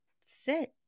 sit